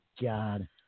God